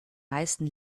meisten